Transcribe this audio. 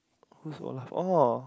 who's Olaf orh